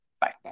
Bye